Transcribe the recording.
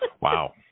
wow